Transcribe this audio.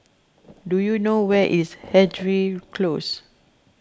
do you know where is Hendry Close